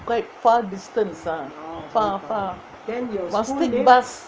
quite far distance ah far far must take bus